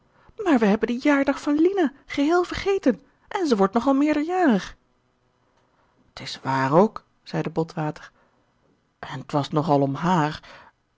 maar we hebben den jaardag van lina geheel vergeten en zij wordt nog al meerderjarig t is waar ook zeide botwater en t was nog al om haar